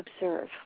observe